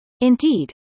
Indeed